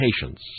patience